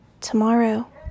tomorrow